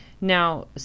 now